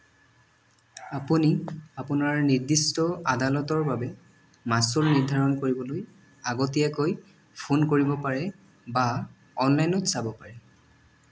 আপুনি আপোনাৰ নিৰ্দিষ্ট আদালতৰ বাবে মাচুল নিৰ্ধাৰণ কৰিবলৈ আগতীয়াকৈ ফোন কৰিব পাৰে বা অনলাইনত চাব পাৰে